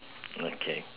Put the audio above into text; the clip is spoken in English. okay